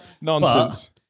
nonsense